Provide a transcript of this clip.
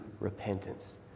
repentance